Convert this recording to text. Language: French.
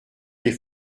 des